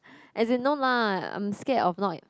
as in no lah I'm scared of